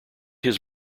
his